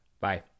Bye